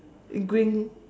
green